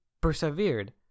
persevered